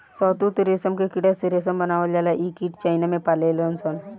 शहतूत रेशम के कीड़ा से रेशम बनावल जाला इ कीट चाइना में पलाले सन